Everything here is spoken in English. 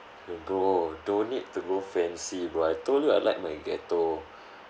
bro don't need to go fancy bro I told you like my ghetto